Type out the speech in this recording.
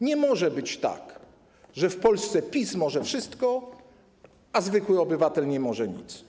Nie może być tak, że w Polsce PiS może wszystko, a zwykły obywatel nie może nic.